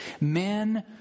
Men